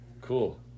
Cool